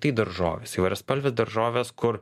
tai daržovės įvairiaspalvės daržovės kur